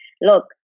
look